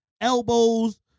elbows